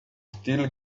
still